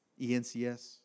E-N-C-S